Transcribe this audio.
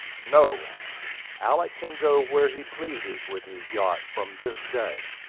no alick can go where he pleases with his yacht from this day.